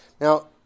Now